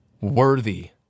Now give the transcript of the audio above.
worthy